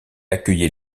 accueillait